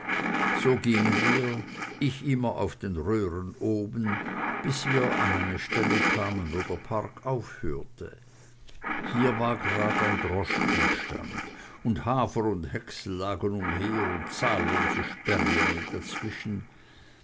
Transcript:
so gingen wir ich immer auf den röhren oben bis wir an eine stelle kamen wo der park aufhörte hier war gerad ein droschkenstand und hafer und häcksel lagen umher und zahllose sperlinge dazwischen